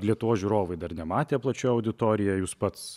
lietuvos žiūrovai dar nematė plačio auditorija jūs pats